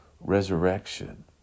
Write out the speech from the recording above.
resurrection